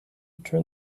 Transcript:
turn